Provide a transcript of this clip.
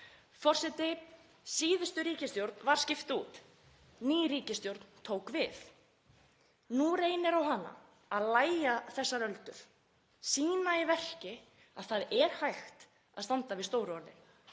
Forseti. Síðustu ríkisstjórn var skipt út. Ný ríkisstjórn tók við. Nú reynir á hana að lægja þessar öldur, sýna í verki að það er hægt að standa við stóru orðin,